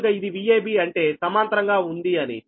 కనుక ఇది Vab అంటే సమాంతరం గా ఉంది అని